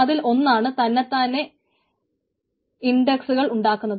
അതിൽ ഒന്നാണ് തന്നത്താനെ ഇൻടക്സ്കൾ ഉണ്ടാക്കുന്നത്